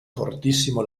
fortissimo